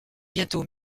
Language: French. bientôt